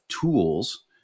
tools